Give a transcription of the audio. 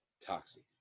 Toxic